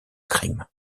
crime